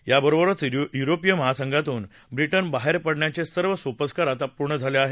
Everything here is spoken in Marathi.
याबरोबरच युरोपीय महासंघातून आता ब्रिटन बाहेर पडण्याचे सर्व सोपस्कार पूर्ण झाले आहेत